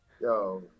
Yo